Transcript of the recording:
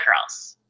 girls